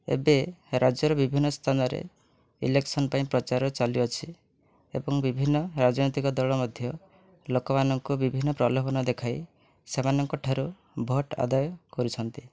ଏବେ ରାଜ୍ୟର ବିଭିନ୍ନ ସ୍ଥାନରେ ଇଲେକ୍ସନ୍ ପାଇଁ ପ୍ରଚାର ଚାଲୁଅଛି ଏବଂ ବିଭିନ୍ନ ରାଜନୈତିକ ଦଳ ମଧ୍ୟ ଲୋକମାନଙ୍କୁ ବିଭିନ୍ନ ପ୍ରଲୋଭନ ଦେଖାଇ ସେମାନଙ୍କଠାରୁ ଭୋଟ ଆଦାୟ କରୁଛନ୍ତି